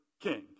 king